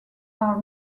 are